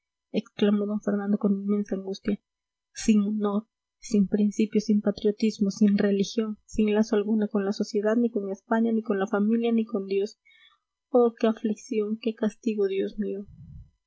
d fernando con inmensa angustia sin honor sin principios sin patriotismo sin religión sin lazo alguno con la sociedad ni con españa ni con la familia ni con dios oh qué aflicción qué castigo dios mío